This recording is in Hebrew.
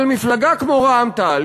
אבל מפלגה כמו רע"ם-תע"ל,